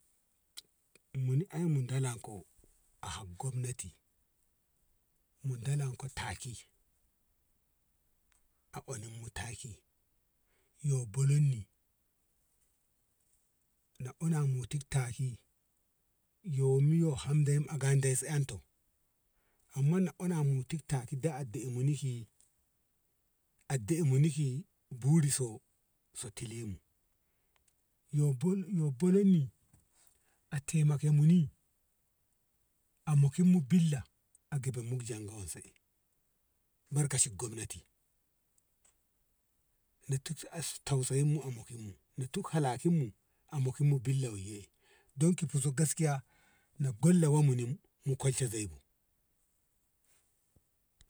muni ai mu dalan ko a hab gobnati mu dalanko taki a onim mu taki yo bolon ni na onan mun ti taki yo mu yya woyyum ya ga de im un tom amma na ona mun ti sai da de mu ki muniki buri so tili mu yo bolon ni temake muni a mokin ni billa a gabanmu ga janga wen se e barkacin gommanati na tuk n tausayyayyin amokin mu billa weye ki fuzo gaskiya mu gwala moimu mu kolshe zai bu